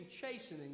Chastening